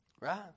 Right